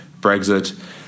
Brexit